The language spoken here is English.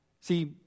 See